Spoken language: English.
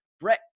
Brett